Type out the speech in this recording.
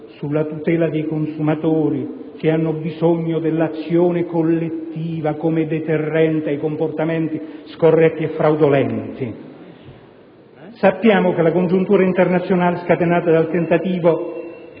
sulla tutela dei consumatori, che hanno bisogno dell'azione collettiva come deterrente ai comportamenti scorretti e fraudolenti. Sappiamo che la congiuntura internazionale scatenata dal tentativo